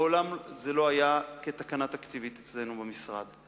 מעולם זה לא היה כתקנה תקציבית אצלנו במשרד.